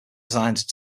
assigned